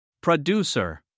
Producer